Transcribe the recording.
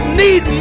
need